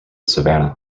savannah